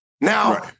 Now